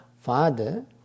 father